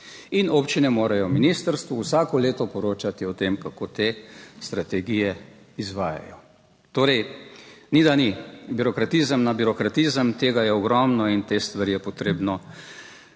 In občine morajo ministrstvu vsako leto poročati o tem, kako te strategije izvajajo. Torej, ni da ni, birokratizem na birokratizem, tega je ogromno in te stvari je potrebno